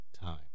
time